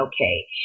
okay